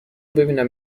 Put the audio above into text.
ببینم